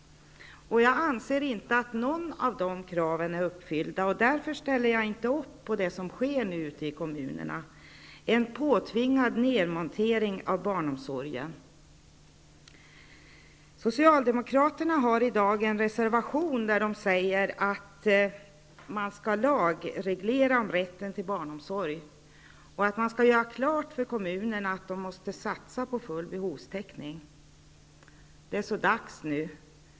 Jag anser inte att något av de kraven är uppfyllda. Därför ställer jag inte upp på det som sker nu ute i kommunerna. Det är en påtvingad nedmontering av barnomsorgen. Socialdemokraterna har i dag en reservation där de säger att man skall lagreglera rätten till barnomsorg och göra klart för kommunerna att de måste satsa på full behovstäckning. Det är så dags nu.